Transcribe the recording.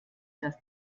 das